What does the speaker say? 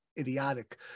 idiotic